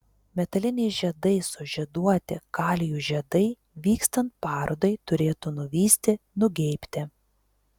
metaliniais žiedais sužieduoti kalijų žiedai vykstant parodai turėtų nuvysti nugeibti